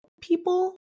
people